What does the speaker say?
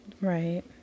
Right